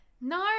No